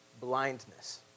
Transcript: blindness